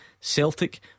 Celtic